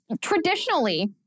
Traditionally